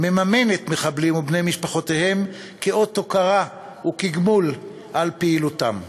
מממנת מחבלים ובני משפחותיהם כאות הוקרה וכגמול על פעילותם.